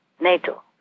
NATO